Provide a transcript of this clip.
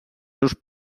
seus